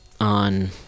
on